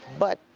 but